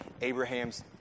Abraham's